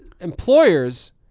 employers